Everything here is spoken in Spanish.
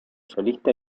solista